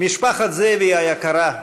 משפחת זאבי היקרה,